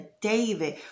David